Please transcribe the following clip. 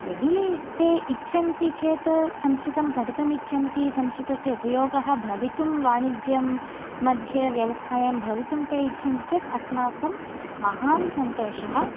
यदि ते इच्छन्ति चेत् संस्कृतं पठितुम् इच्छन्ति संस्कृतस्य उपयोगः भवितुं वाणिज्यंमध्ये व्यवस्थायां भवितुं ते इच्छन्ति चेत् अस्माकं महान् सन्तोषः